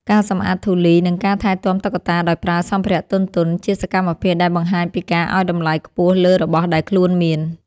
ការសម្អាតធូលី និងការថែទាំតុក្កតាដោយប្រើសម្ភារៈទន់ៗ ជាសកម្មភាពដែលបង្ហាញពីការឱ្យតម្លៃខ្ពស់លើរបស់ដែលខ្លួនមាន។